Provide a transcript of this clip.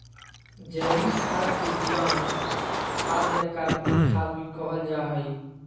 जैविक खाद के जीवांश खाद या कार्बनिक खाद भी कहल जा हइ